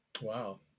Wow